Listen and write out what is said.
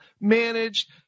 managed